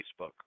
Facebook